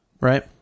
right